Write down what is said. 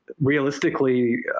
realistically